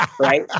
right